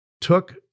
took